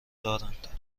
دارند